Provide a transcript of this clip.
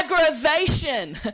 aggravation